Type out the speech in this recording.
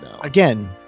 Again